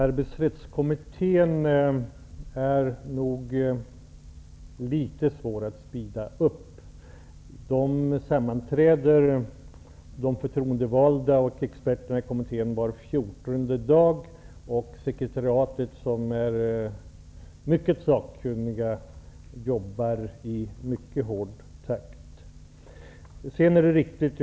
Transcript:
Herr talman! Det är nog litet svårt att ''speeda upp'' arbetsrättskommitténs arbete. De förtroendevalda och experterna i kommittén sammanträder var fjortonde dag, och sekretariatet, där det finns mycket sakkunniga personer, jobbar i mycket hård takt.